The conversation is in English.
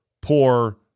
poor